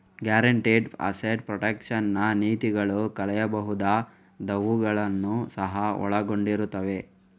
guaranteed asset protection ನ ನೀತಿಗಳು ಕಳೆಯಬಹುದಾದವುಗಳನ್ನು ಸಹ ಒಳಗೊಂಡಿರುತ್ತವೆ